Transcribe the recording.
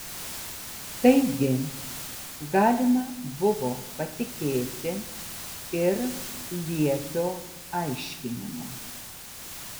taigi galima buvo patikėti ir liepio aiškinimu